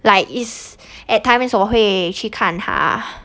like is at times 我会去看她